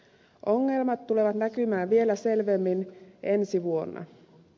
ongelmat tulevat näkymään vielä selvemmin ensi vuonna